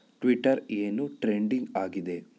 Twitter ಏನು trending ಆಗಿದೆ